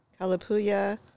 Kalapuya